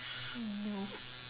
mm nope